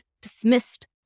dismissed